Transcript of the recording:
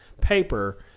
paper